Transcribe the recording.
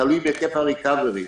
תלוי בהיקף ה-Recovery,